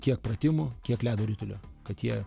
kiek pratimų kiek ledo ritulio kad jie